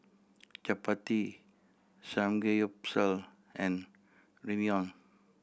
Chapati Samgeyopsal and Ramyeon